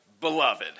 beloved